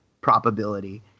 probability